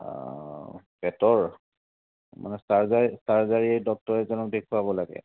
অঁ পেটৰ মানে চাৰ্জাৰী চাৰ্জাৰীৰ ডক্তৰ এজনক দেখুৱাব লাগে